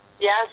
yes